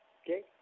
okay